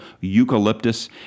eucalyptus